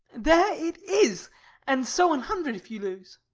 there it is and so an hundred, if you lose.